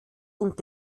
und